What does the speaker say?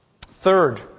Third